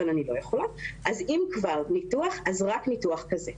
אז רק ניתוח כזה.